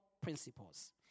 principles